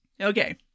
Okay